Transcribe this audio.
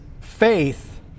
faith